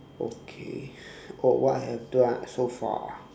okay oh what I have done so far